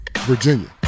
Virginia